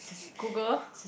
Google